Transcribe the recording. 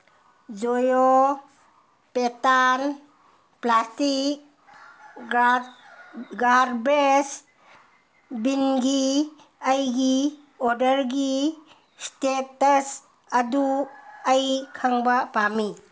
ꯖꯣꯌꯣ ꯄꯦꯇꯥꯟ plastic garbage ꯕꯤꯟꯒꯤ ꯑꯩꯒꯤ ꯑꯣꯗꯔꯒꯤ ꯏꯁꯇꯦꯇꯁ ꯑꯗꯨ ꯑꯩ ꯈꯪꯕ ꯄꯥꯝꯃꯤ